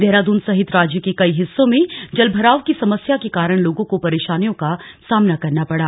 देहरादून सहित राज्य के कई हिस्सों में जलभराव की समस्या के कारण लोगों को परेशानियों का सामना करना पड़ा